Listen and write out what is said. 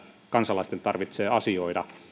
kansalaisten tarvetta asioida